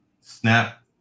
Snap